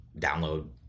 download